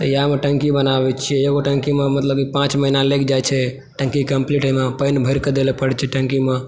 तऽ इएहमे टंकी बनाबै छियै एगो टंकीमे मतलब पाँच महिना लागि जाइ छै टंकी कंप्लीट होइमे ओहिमे पानि भरि के दै लए परै छै टंकीमे